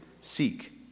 Seek